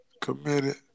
committed